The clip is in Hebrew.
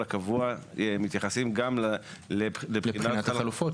הקבוע מתייחסים גם לבחינת החלופות ---- לבחינת החלופות,